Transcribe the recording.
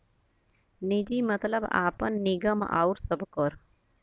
निजी मतलब आपन, निगम आउर सबकर